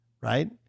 right